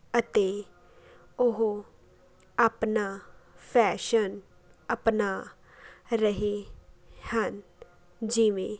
ਅਤੇ ਉਹ ਆਪਣਾ ਫੈਸ਼ਨ ਅਪਣਾ ਰਹੇ ਹਨ ਜਿਵੇਂ